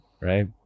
right